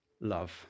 love